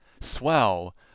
Swell